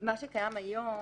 לא תהיה התיישנות של הרישום.